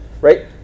right